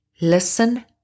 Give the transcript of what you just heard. Listen